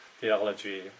theology